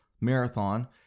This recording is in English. marathon